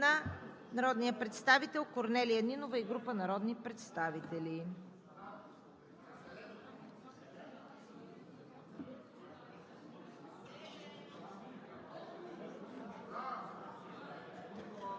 народния представител Корнелия Нинова и група народни представители: